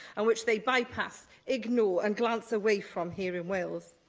and which they bypass, ignore and glance away from here in wales.